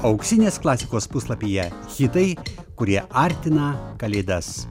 auksinės klasikos puslapyje hitai kurie artina kalėdas